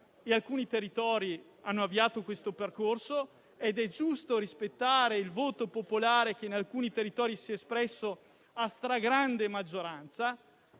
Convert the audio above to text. Alcuni territori hanno avviato questo percorso ed è giusto rispettare il voto popolare che in alcuni di essi è stato espresso a stragrande maggioranza,